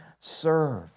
serve